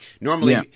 Normally